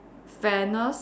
fairness